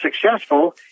successful